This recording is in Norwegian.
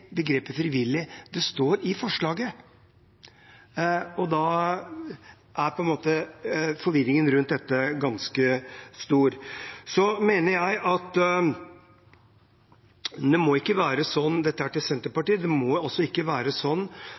begrepet «frivillig» står i forslaget. Og da er på en måte forvirringen rundt dette ganske stor. Til Senterpartiet: Jeg mener at det ikke må være sånn